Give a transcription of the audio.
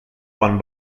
quan